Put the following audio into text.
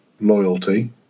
loyalty